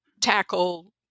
tackle